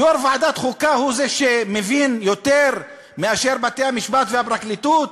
יושב-ראש ועדת חוקה הוא זה שמבין יותר מאשר בתי-המשפט והפרקליטות?